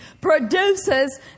produces